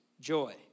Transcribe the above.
joy